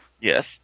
Yes